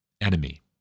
enemy